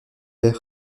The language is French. allez